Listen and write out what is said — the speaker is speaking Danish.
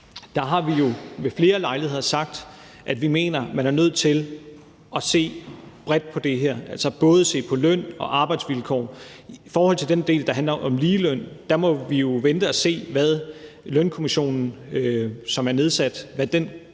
Der har vi jo ved flere lejligheder sagt, at vi mener, at man er nødt til at se bredt på det her, altså både se på lønnen og på arbejdsvilkår. I forhold til den del, der handler om ligeløn, må vi jo vente og se, hvad den lønkommission, som er nedsat,